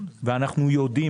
ואנחנו יודעים,